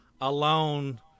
alone